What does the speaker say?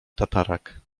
tatarak